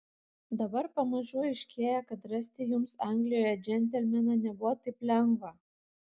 dabar pamažu aiškėja kad rasti jums anglijoje džentelmeną nebuvo taip lengva